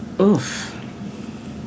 Oof